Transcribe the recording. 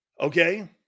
okay